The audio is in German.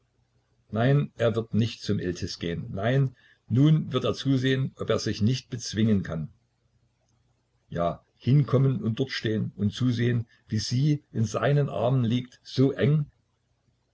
nein er wird nicht zum iltis gehen nein nun wird er zusehen ob er sich nicht bezwingen kann ja hinkommen und dort stehn und zusehn wie sie in seinen armen liegt so eng